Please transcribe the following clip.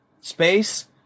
space